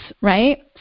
right